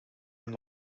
hem